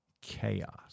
Chaos